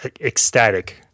ecstatic